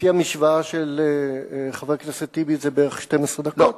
לפי המשוואה של חבר הכנסת טיבי זה בערך 12 דקות.